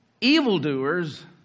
evildoers